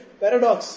paradox